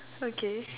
okay